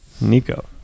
Nico